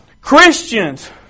Christians